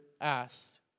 asked